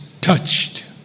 touched